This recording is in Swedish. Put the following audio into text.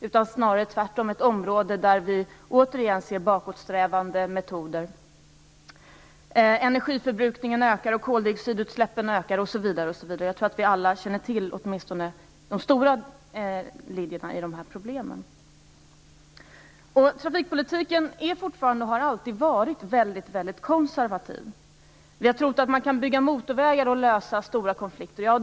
Det är snarare ett område där vi återigen ser bakåtsträvande metoder. Energiförbrukningen ökar, koldioxidutsläppen ökar osv. osv. Jag tror att vi alla känner till åtminstone de stora linjerna i problemen. Trafikpolitiken har alltid varit och är fortfarande väldigt konservativ. Vi har trott att man kan bygga motorvägar och lösa stora konflikter.